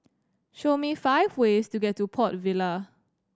show me five ways to get to Port Vila